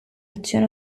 azione